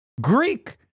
Greek